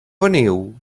veniu